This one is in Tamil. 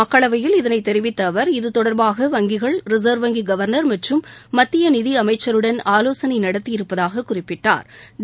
மக்களவையில் இதனைத் தெரிவித்த அவர் இது தொடர்பாக வங்கிகள் ரிச்வ் வங்கி கவர்னர் மற்றும் மத்திய நிதி அமைச்சருடன் ஆலோசனை நடத்தியிருப்பதாகக் குறிப்பிட்டாா்